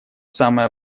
самое